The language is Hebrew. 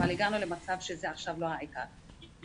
אבל הגענו למצב שזה לא העיקר עכשיו,